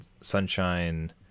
Sunshine